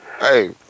Hey